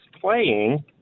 playing